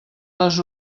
les